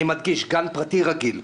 אני מדגיש, גן פרטי רגיל.